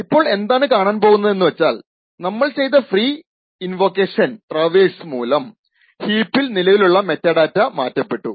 ഇപ്പോൾ എന്താണ് കാണാൻ പോകുന്നതെന്ന് വച്ചാൽ നമ്മൾ ചെയ്ത ഫ്രീ ഇൻവോക്കേഷൻ ട്രവേഴ്സ്സ് മൂലം ഹീപ്പിൽ നിലവിലുള്ള മെറ്റാഡാറ്റ മാറ്റപ്പെട്ടു